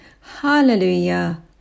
hallelujah